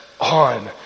on